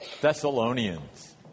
Thessalonians